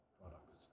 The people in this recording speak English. products